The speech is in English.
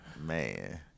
Man